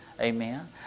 Amen